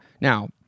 Now